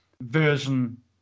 version